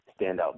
standout